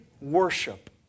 worship